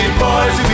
boys